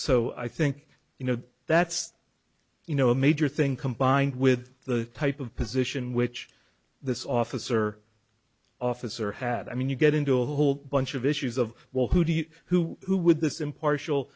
so i think you know that's you know a major thing combined with the type of position which this officer officer had i mean you get into a whole bunch of issues of well who do you who who would this impartial